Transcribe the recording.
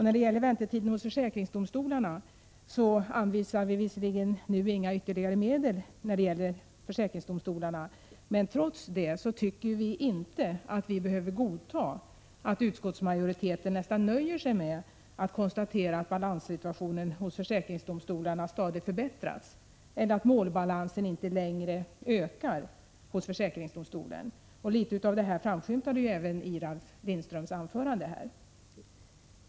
När det gäller väntetiderna hos försäkringsdomstolarna anvisar vi visserligen nu inga ytterligare medel, men trots det tycker vi inte att man behöver godta att utskottsmajoriteten nöjer sig med att konstatera att balanssituationen hos försäkringsdomstolarna stadigt förbättras eller att målbalansen inte längre ökar. Litet av detta framskymtade även i Ralf Lindströms anförande.